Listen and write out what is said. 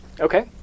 Okay